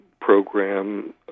program